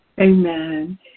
Amen